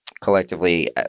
collectively